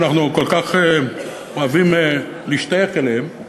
שאנחנו כל כך אוהבים להשתייך אליהן,